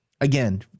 Again